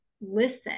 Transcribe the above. listen